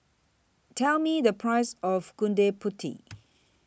Tell Me The Price of Gudeg Putih